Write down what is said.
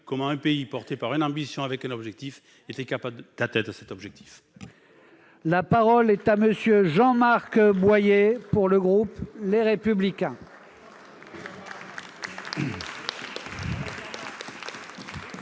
comment un pays porté par une ambition et un objectif était capable de l'atteindre. La parole est à M. Jean-Marc Boyer, pour le groupe Les Républicains.